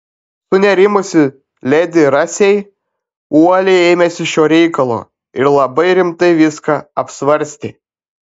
sunerimusi ledi rasei uoliai ėmėsi šio reikalo ir labai rimtai viską apsvarstė